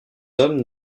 hommes